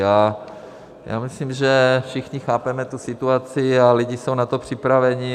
A myslím, že všichni chápeme tu situaci, a lidi jsou na to připraveni.